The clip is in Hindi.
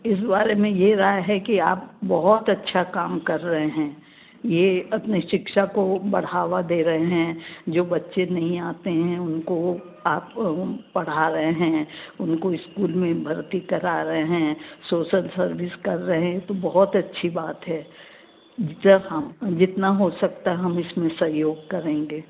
इस बारे में ये राय है कि आप बहुत अच्छा काम रहे हैं ये अपने शिक्षा को बढ़ावा दे रहे हैं जो बच्चे नहीं आते हैं उनको वो आप पढ़ा रहे हैं उनको इस्कूल में भर्ती करा रहे हैं सोसल सर्विस कर रहे हैं तो बहुत अच्छी बात है हाँ जितना हो सकता है हम इसमें सहयोग करेंगे